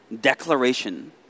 declaration